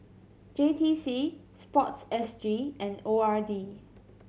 J T C SPORTSG and O R D